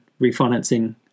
refinancing